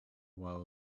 while